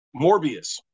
Morbius